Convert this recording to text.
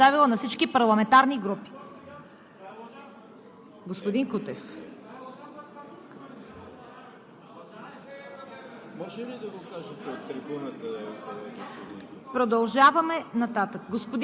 когато ще бъде готов отчетът по принцип. Имате писмото, което съм предоставила на всички парламентарни групи.